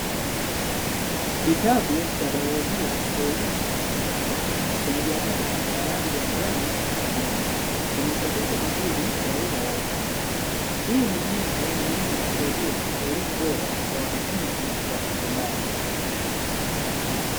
Kitabu cha baiolojia cha elimu ya sekondari, chenye jarada lenge rangi ya njano na kijani. Kimechapishwa vizuri kwa lugha rahisi, hii ni nyenzo muhimu ya kusaidia elimu bora kwa wanafunzi wa sekondari.